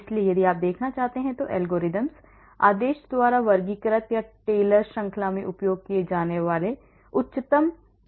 इसलिए यदि आप देखना चाहते हैं तो algorithms आदेश द्वारा वर्गीकृत या टेलर श्रृंखला में उपयोग किए जाने वाले उच्चतम व्युत्पन्न हैं